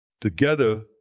Together